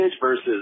versus